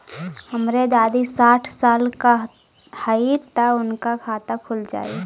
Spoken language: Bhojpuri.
हमरे दादी साढ़ साल क हइ त उनकर खाता खुल जाई?